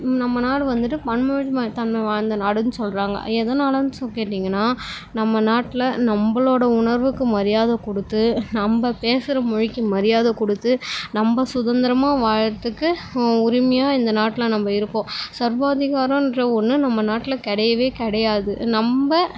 நம்ம நாடு வந்துவிட்டு பன்மொழி தன்மை வாய்ந்த நாடுன்னு சொல்லுறாங்க எதனாலன்னு சொ கேட்டிங்கன்னா நம்ம நாட்டில் நம்பளோட உணர்வுக்கு மரியாதை கொடுத்து நம்ப பேசகிற மொழிக்கு மரியாதை கொடுத்து நம்ப சுதந்திரமாக வாழ்றதுக்கு உரிமையாக இந்த நாட்டில் நம்ப இருப்போம் சர்வாதிகாரம்ன்ற ஒன்று நம்ம நாட்டில் கிடையவே கிடையாது நம்ப